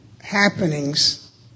happenings